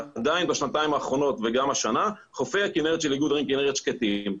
עדיין בשנתיים האחרונות וגם השנה חופי הכנרת של איגוד ערים כנרת שקטים,